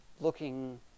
looking